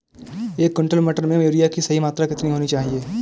एक क्विंटल मटर में यूरिया की सही मात्रा कितनी होनी चाहिए?